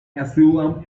asylum